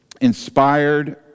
inspired